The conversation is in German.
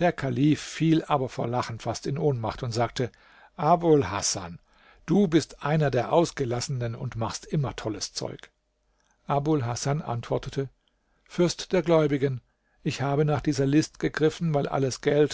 der kalif fiel aber vor lachen fast in ohnmacht und sagte abul hasan du bist einer der ausgelassenen und machst immer tolles zeug abul hasan antwortete fürst der gläubigen ich habe nach dieser list gegriffen weil alles geld